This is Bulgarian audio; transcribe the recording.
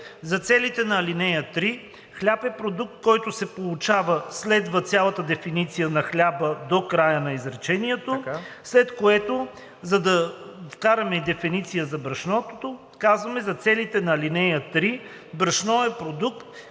За целите на ал. 3 „хляб“ е продукт, който се получава...“ – следва цялата дефиниция на хляба до края на изречението, след което, за да вкараме дефиниция за брашното, казваме: „За целите на ал. 3 „брашно“ е продукт,